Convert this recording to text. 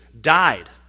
died